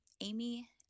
Amy